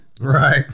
Right